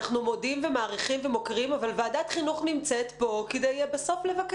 אנחנו מודים ומעריכים ומוקירים אבל ועדת חינוך נמצאת פה בסוף כדי לבקר,